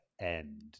end